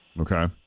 okay